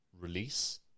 release